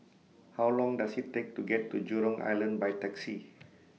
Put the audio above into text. How Long Does IT Take to get to Jurong Island By Taxi